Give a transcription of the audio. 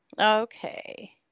okay